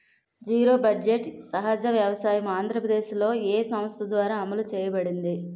Zero budget సహజ వ్యవసాయం ఆంధ్రప్రదేశ్లో, ఏ సంస్థ ద్వారా అమలు చేయబడింది?